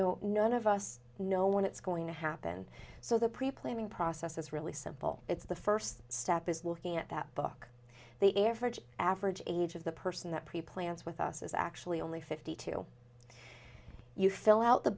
know none of us know when it's going to happen so the pre planning process is really simple it's the first step is looking at that book they air for each average age of the person that preplanned with us is actually only fifty two you fill out the